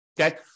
Okay